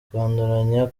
kwanduranya